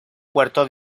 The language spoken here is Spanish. puerto